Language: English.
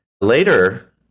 Later